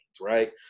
right